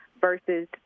versus